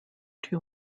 two